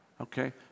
Okay